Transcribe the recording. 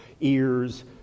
ears